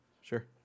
Sure